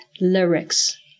lyrics